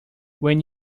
when